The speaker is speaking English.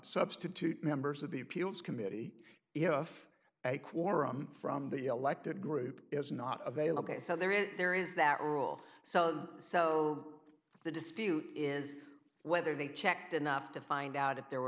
substitute members of the appeals committee if a quorum from the elected group is not available so there is there is that oral so so the dispute is whether they checked enough to find out if there were